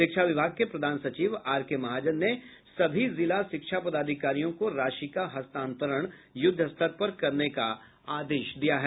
शिक्षा विभाग के प्रधान सचिव आर के महाजन ने सभी जिला शिक्षा पदाधिकारियों को राशि का हस्तांतरण युद्वस्तर पर करने का आदेश दिया है